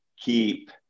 keep